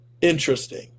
interesting